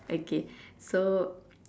okay so